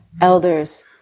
elders